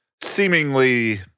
seemingly